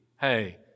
hey